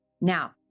Now